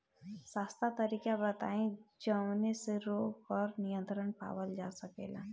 सस्ता तरीका बताई जवने से रोग पर नियंत्रण पावल जा सकेला?